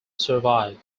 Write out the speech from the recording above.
survive